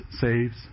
saves